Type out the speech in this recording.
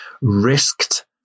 risked